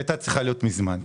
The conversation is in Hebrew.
שהיתה צריכה להיות מזמן.